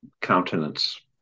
countenance